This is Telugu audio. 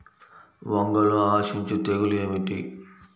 వంగలో ఆశించు తెగులు ఏమిటి?